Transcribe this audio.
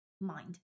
mind